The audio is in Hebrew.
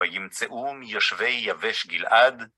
וימצאו מיושבי יבש גלעד